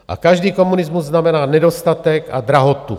A každý komunismus znamená nedostatek a drahotu.